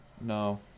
no